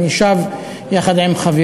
אני שב, יחד עם חברים,